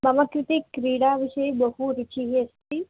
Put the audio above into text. मम कृते क्रीडाविषये बहु रुचिः अस्ति